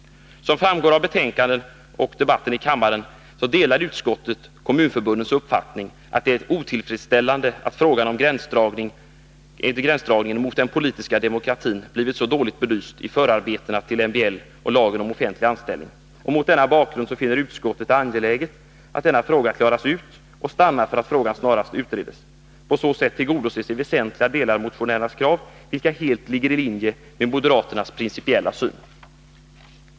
Som framgår av betänkandet, och av debatten i kammaren, delar utskottet kommunförbundens uppfattning att det är otillfredsställande att frågan om gränsdragningen mot den politiska demokratin blivit så dåligt belyst i förarbetena till MBL och lagen om offentlig anställning. Mot denna bakgrund finner utskottet det angeläget att denna fråga klaras ut och stannar för att frågan snarast utredes. På så sätt tillgodoses i väsentliga delar motionärernas krav, vilka helt ligger i linje med moderaternas principiella syn.